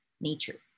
nature